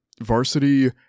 Varsity